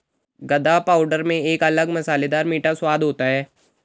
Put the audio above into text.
गदा पाउडर में एक अलग मसालेदार मीठा स्वाद होता है